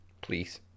Please